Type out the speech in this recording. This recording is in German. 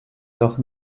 doch